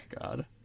God